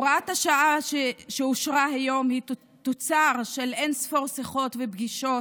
הוראת השעה שאושרה היום היא תוצר של אין-ספור שיחות ופגישות